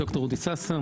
ד"ר אודי ססר,